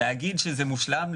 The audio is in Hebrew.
להגיד שזה מושלם?